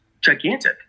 gigantic